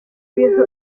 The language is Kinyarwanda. bintu